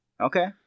Okay